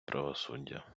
правосуддя